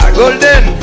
golden